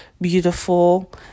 beautiful